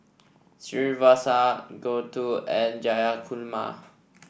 Srinivasa Gouthu and Jayakumar